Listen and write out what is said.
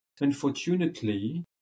unfortunately